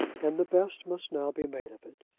and the best must now be made of it.